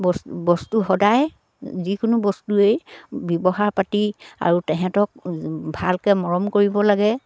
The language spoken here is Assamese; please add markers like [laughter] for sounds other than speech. [unintelligible] বস্তু বস্তু সদায় যিকোনো বস্তুৱেই ব্যৱহাৰ পাতি আৰু তেহেঁতক ভালকে মৰম কৰিব লাগে